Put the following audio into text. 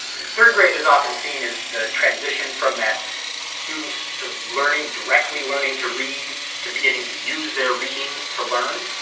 third grade is often seen as the transition from the students sort of learning, directly learning to read to beginning to use their reading to learn